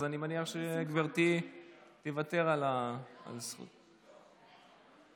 אני מניח שהשרה תוותר על זכות הדיבור.